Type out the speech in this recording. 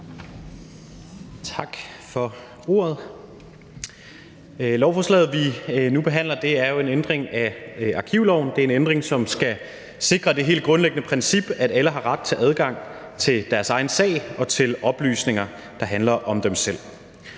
Tak for ordet. Lovforslaget, vi nu behandler, er jo en ændring af arkivloven, og det er en ændring, som skal sikre det helt grundlæggende princip, at alle har ret til adgang til deres egen sag og til oplysninger, der handler om dem selv.